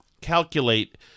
calculate